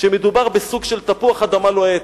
שמדובר בתפוח אדמה לוהט,